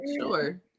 Sure